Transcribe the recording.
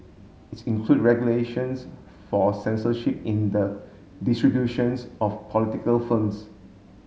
it's include regulations for censorship in the distributions of political films